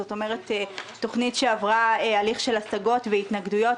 זאת אומרת תוכנית שעברה הליך של השגות והתנגדויות,